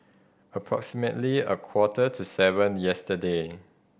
Approximately a quarter to seven yesterday